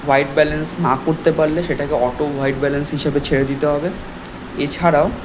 white balance না করতে পারলে সেটাকে অটো হোয়াইট ব্যালেন্স হিসাবে ছেড়ে দিতে হবে এছাড়াও